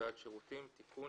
(הוראת שעה) (תיקון),